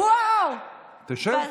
תשב.